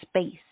space